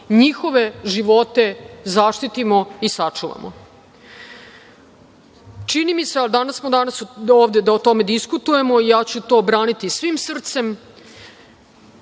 njihove živote zaštitimo i sačuvamo. Čini mi se, a danas smo ovde da o tome diskutujemo i ja ću to braniti svim srcem,